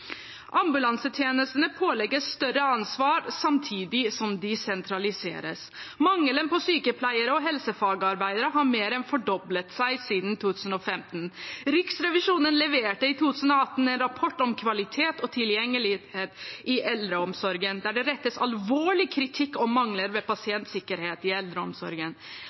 Ambulansetjenestene pålegges større ansvar samtidig som de sentraliseres. Mangelen på sykepleiere og helsefagarbeidere har mer enn fordoblet seg siden 2015. Riksrevisjonen leverte i 2018 en rapport om kvalitet og tilgjengelighet i eldreomsorgen der det rettes alvorlig kritikk mot mangler ved pasientsikkerhet i eldreomsorgen.